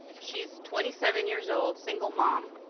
she's twenty seven years old, single mom,